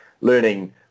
learning